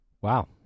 Wow